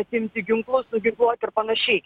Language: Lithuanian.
atimti ginklus nuginkluoti ir panašiai